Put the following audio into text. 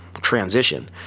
transition